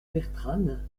bertranne